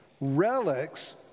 relics